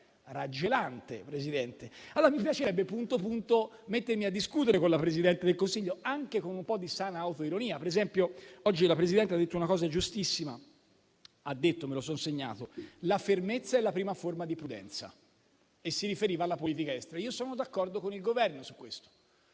mi piacerebbe, punto punto, mettermi a discutere con la Presidente del Consiglio, anche con un po' di sana autoironia. Per esempio oggi la Presidente ha detto una cosa giustissima (me la sono segnata): ha detto che la fermezza è la prima forma di prudenza (si riferiva alla politica estera). Io sono d'accordo con il Governo su questo.